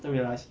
after realize